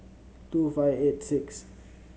two five eight sixth